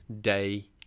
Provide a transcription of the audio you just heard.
day